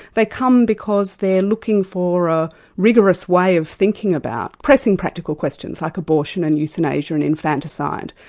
they come because they're looking for a rigorous way of thinking about pressing practical questions like abortion and euthanasia and infanticide.